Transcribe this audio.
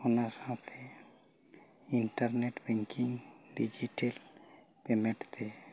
ᱚᱱᱟ ᱥᱟᱶᱛᱮ internet banking digital payment ᱛᱮ